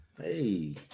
Hey